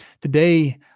Today